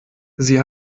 sie